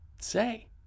say